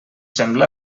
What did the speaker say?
sembla